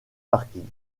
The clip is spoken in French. parkings